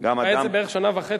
עכשיו זה בערך שנה וחצי.